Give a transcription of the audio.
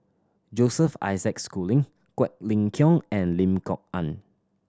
Joseph Isaac Schooling Quek Ling Kiong and Lim Kok Ann